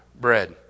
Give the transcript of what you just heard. bread